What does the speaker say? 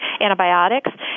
antibiotics